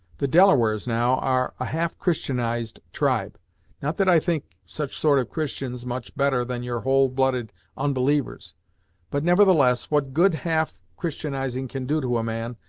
the delawares, now, are a half christianized tribe not that i think such sort of christians much better than your whole blooded onbelievers but, nevertheless, what good half christianizing can do to a man,